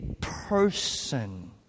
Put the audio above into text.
person